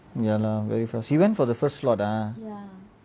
ya lah very fast he went for the first slot ah